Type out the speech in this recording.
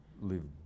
live